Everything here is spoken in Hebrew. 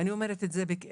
אני אומרת את זה בכאב